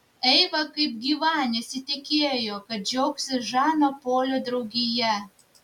eiva kaip gyva nesitikėjo kad džiaugsis žano polio draugija